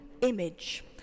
image